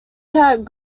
cat